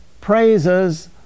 praises